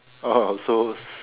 oh oh also